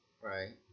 Right